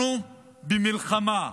אנחנו במלחמה.